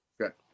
Okay